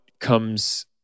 comes